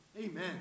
Amen